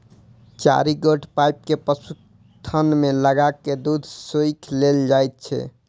चारि गोट पाइप के पशुक थन मे लगा क दूध सोइख लेल जाइत छै